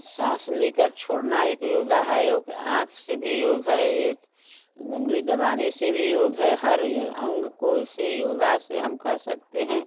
साँस लेकर छोड़ना एक योग है योग आँख से भी योग है एक उँगली दबाने से भी योग है हर अंग को से योग से हम कर सकते हैं